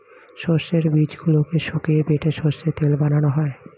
সর্ষের বীজগুলোকে শুকিয়ে বেটে সর্ষের তেল বানানো হয়